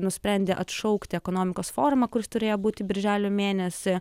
nusprendė atšaukti ekonomikos forumą kuris turėjo būti birželio mėnesį